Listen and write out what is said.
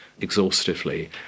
exhaustively